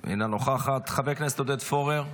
אינה נוכחת, חבר הכנסת עודד פורר,